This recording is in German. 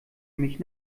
mich